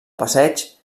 passeig